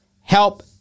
help